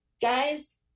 guys